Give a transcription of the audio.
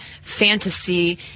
fantasy